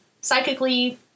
psychically